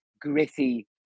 gritty